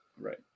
Right